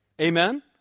Amen